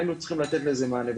היינו צריכים לתת לזה מענה.